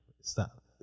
Stop